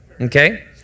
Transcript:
okay